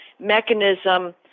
mechanism